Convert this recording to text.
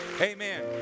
Amen